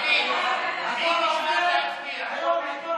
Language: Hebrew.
אני מעוניין להצביע.